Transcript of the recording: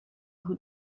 who